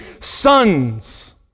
sons